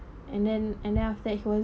and then and then after that he was